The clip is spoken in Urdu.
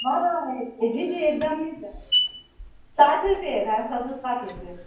ہاں ہاں ہے جی جی ایک دم مل جائے گا ساٹھ روپیے ہے بھینس کا دودھ ساٹھ روپیے